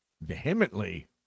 vehemently